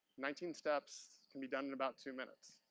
nineteen steps, can be done in about two minutes.